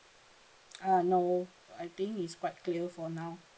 uh no I think it's quite clear for now